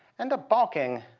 end up balking